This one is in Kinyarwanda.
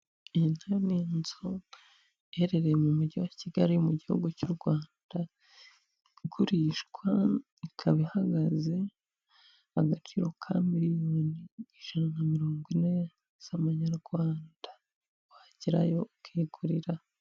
Iyi nayo ni inzu iherereye mu mujyi wa Kigali mu gihugu cy'u Rwanda, igurishwa ikaba ihagaze agaciro ka miliyoni ijana na mirongo ine z'amanyarwanda wagerayo ukigurira.